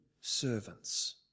servants